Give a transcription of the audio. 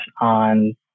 on